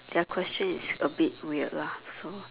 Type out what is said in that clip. their question is a bit weird lah so